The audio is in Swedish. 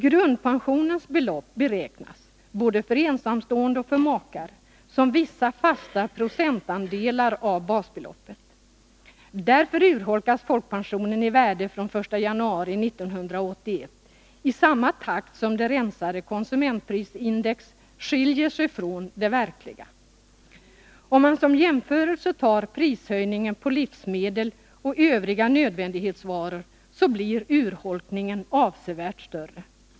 Grundpensionens belopp beräknas — både för ensamstående och för makar — som vissa fasta procentandelar av basbeloppet. Därför urholkas folkpensionen i värde från den 1 januari 1981 i samma takt som det rensade konsumentprisindexet skiljer sig från det verkliga. Om man som jämförelse tar prishöjningen på livsmedel och övriga nödvändighetsvaror, finner man att urholkningen blir avsevärt större.